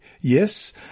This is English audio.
yes